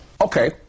Okay